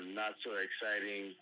not-so-exciting